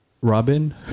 Robin